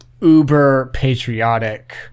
uber-patriotic